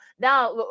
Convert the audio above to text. now